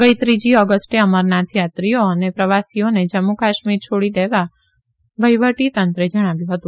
ગઈ ત્રીજા ઓગષ્ટે અમરનાથ યાત્રીઓ અને પ્રવાસીઓને જમ્મુ કાશ્મીર છોડી જવા વહીવટી તંત્રે જણાવ્યું હતું